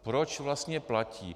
Proč vlastně platí?